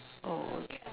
oh okay